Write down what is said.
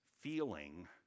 feeling